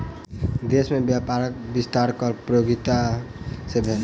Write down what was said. देश में व्यापारक विस्तार कर प्रतियोगिता सॅ भेल